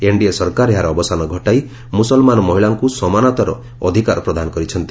NDA ସରକାର ଏହାର ଅବସାନ ଘଟାଇ ମୁସଲମାନ ମହିଳାଙ୍କୁ ସମାନତାର ଅଧିକାର ପ୍ରଦାନ କରିଛନ୍ତି